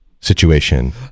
situation